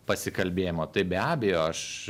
pasikalbėjimo tai be abejo aš